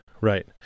Right